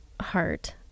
heart